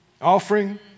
Offering